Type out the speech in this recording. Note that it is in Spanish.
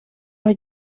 los